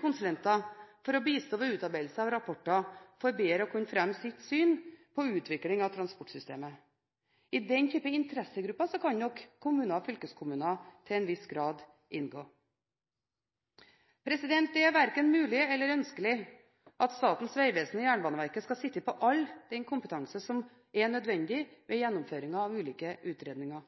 konsulenter for å bistå ved utarbeidelsen av rapporter for bedre å kunne fremme sitt syn på utviklingen av transportsystemet. I den type interessegrupper kan kommuner og fylkeskommuner til en viss grad inngå. Det er verken mulig eller ønskelig at Statens vegvesen og Jernbaneverket skal sitte på all den kompetanse som er nødvendig ved gjennomføringen av ulike utredninger.